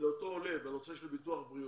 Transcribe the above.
לאותו עולה בנושא של ביטוח בריאות.